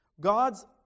God's